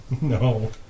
No